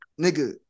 nigga